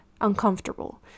uncomfortable